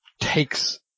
takes